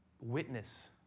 witness